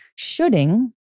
Shoulding